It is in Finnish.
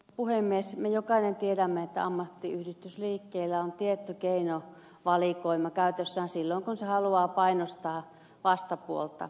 me jokainen tiedämme että ammattiyhdistysliikkeellä on tietty keinovalikoima käytössään silloin kun se haluaa painostaa vastapuolta